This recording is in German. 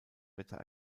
wetter